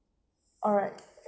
alright